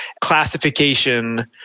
classification